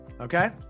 okay